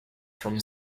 from